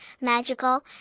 magical